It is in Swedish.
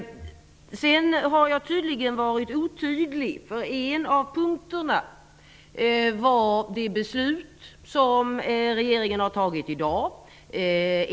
Sedan har jag uppenbarligen varit otydlig. En av de punkter som jag tog upp var de beslut som regeringen har fattat i dag.